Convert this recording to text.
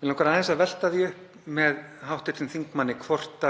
Mig langar aðeins að velta því upp með hv. þingmanni hvort